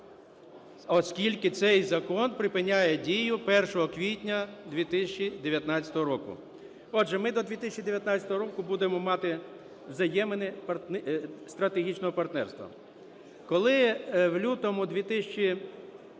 оскільки цей закон припиняє дію 1 квітня 2019 року. Отже, ми до 2019 року будемо мати взаємини стратегічного партнерства. Коли в лютому 2015